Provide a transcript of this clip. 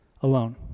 alone